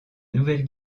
nouvelle